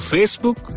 Facebook